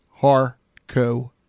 harco